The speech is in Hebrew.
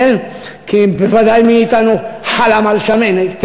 כי בוודאי מי מאתנו חלם על שמנת.